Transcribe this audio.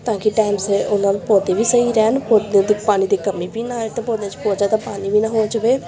ਤਾਂ ਕਿ ਟਾਈਮ ਸਿਰ ਉਹਨਾਂ ਨੂੰ ਪੌਦੇ ਵੀ ਸਹੀ ਰਹਿਣ ਪੌਦਿਆਂ ਦੀ ਪਾਣੀ ਦੀ ਕਮੀ ਵੀ ਨਾ ਆਵੇ ਅਤੇ ਪੌਦਿਆਂ 'ਚ ਬਹੁਤ ਜ਼ਿਆਦਾ ਪਾਣੀ ਵੀ ਨਾ ਹੋ ਜਾਵੇ